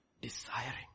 Desiring